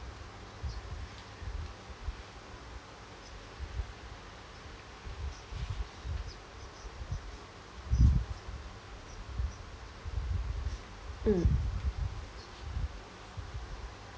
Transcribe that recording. mm